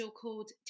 called